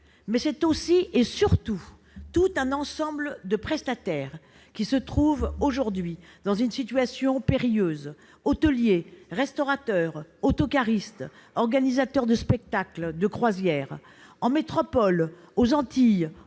Mais c'est aussi et surtout tout un ensemble de prestataires qui se trouve aujourd'hui dans une situation périlleuse : hôteliers, restaurateurs, autocaristes, organisateurs de spectacles, de croisières. En métropole, aux Antilles,